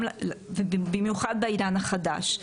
במיוחד בעידן החדש,